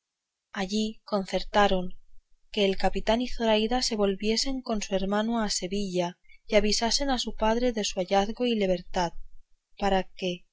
allí concertaron que el capitán y zoraida se volviesen con su hermano a sevilla y avisasen a su padre de su hallazgo y libertad para que